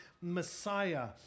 Messiah